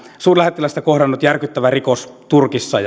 suurlähettilästä kohdanneeseen järkyttävään rikokseen turkissa